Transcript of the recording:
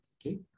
okay